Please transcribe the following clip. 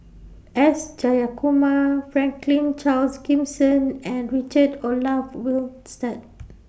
S Jayakumar Franklin Charles Gimson and Richard Olaf Winstedt